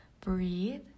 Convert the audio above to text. breathe